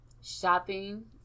shopping